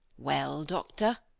well, doctor,